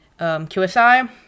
QSI